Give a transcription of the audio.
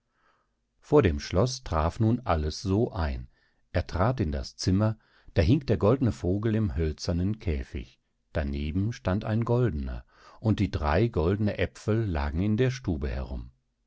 vor dem schloß traf nun alles so ein er trat in das zimmer da hing der goldne vogel im hölzernen käfig daneben stand ein goldener und die drei goldne aepfel lagen in der stube herum